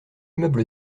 meuble